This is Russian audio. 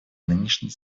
нынешней